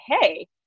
hey